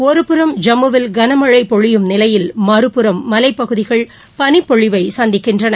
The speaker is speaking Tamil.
ஒருபுறம் ஜம்முவில் களமழைபொழியும் நிலையில் மறுபுறம் மலைப்பகுதிகள் பனிப்பொழிவுவை சந்திக்கின்றன